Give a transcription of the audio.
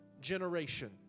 generation